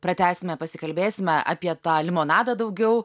pratęsime pasikalbėsime apie tą limonadą daugiau